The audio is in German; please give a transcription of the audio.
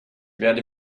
werde